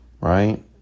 right